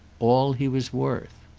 all he was worth.